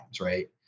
Right